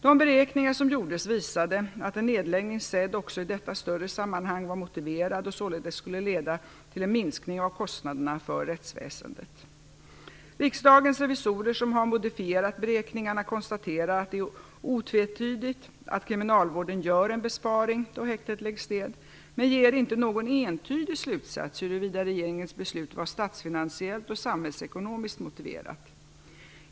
De beräkningar som gjordes visade att en nedläggning, sedd också i detta större sammanhang, var motiverad och således skulle leda till en minskning av kostnaderna för rättsväsendet. Riksdagens revisorer, som har modifierat beräkningarna, konstaterar att det är otvetydigt att kriminalvården gör en besparing då häktet läggs ned, men drar inte någon entydig slutsats om huruvida regeringens beslut var statsfinansiellt och samhällsekonomiskt motiverat.